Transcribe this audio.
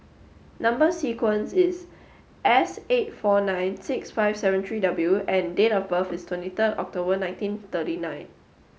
number sequence is S eight four nine six five seven three W and date of birth is twenty third October nineteen thirty nine